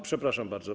Przepraszam bardzo.